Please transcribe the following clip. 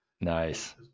nice